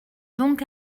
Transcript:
donc